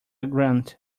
grunt